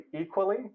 equally